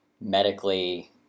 medically